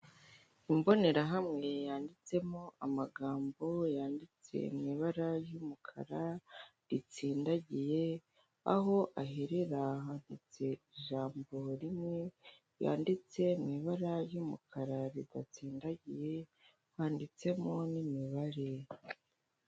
Imbonerahamwe yanditsemo amagambo yanditse mu ibara ry'umukara ritsindagiye, aho aherera handitse ijambo rimwe ryanditse mu ibara ry'umukara ridatsindagiye, handitsemo n'imibare.